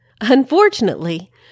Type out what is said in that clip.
Unfortunately